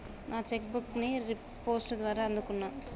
నా cheque book ని post ద్వారా అందుకున్నా